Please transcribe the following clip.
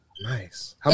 Nice